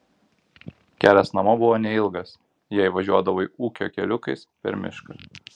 kelias namo buvo neilgas jei važiuodavai ūkio keliukais per mišką